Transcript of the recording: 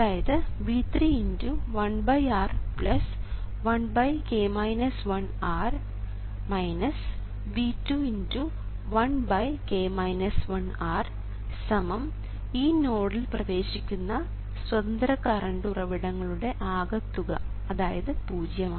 അതായത് V3 1R 1R V2 1R ഈ നോഡിൽ പ്രവേശിക്കുന്ന സ്വതന്ത്ര കറണ്ട് ഉറവിടങ്ങളുടെ ആകെ തുക അതായത് പൂജ്യം